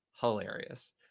hilarious